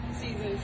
seasons